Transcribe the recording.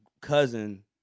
cousin